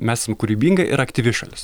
mesam kūrybinga ir aktyvi šalis